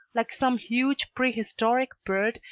like some huge, prehistoric bird,